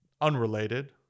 Unrelated